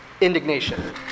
indignation